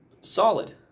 Solid